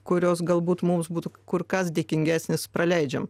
kurios galbūt mums būtų kur kas dėkingesnės praleidžiam